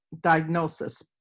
diagnosis